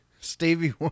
Stevie